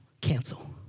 cancel